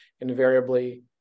invariably